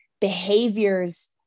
behaviors